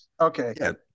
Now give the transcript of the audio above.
okay